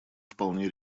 вполне